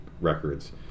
records